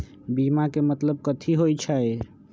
बीमा के मतलब कथी होई छई?